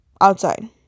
outside